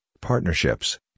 partnerships